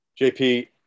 JP